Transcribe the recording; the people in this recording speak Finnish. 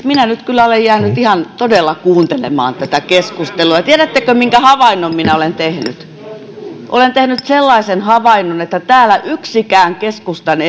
minä nyt kyllä olen jäänyt ihan todella kuuntelemaan tätä keskustelua tiedättekö minkä havainnon minä olen tehnyt olen tehnyt sellaisen havainnon että täällä yksikään keskustan